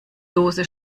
dose